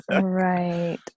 Right